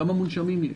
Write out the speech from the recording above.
כמה מונשמים יש,